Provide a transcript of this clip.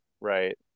right